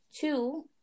Two